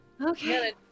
okay